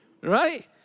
Right